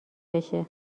بشه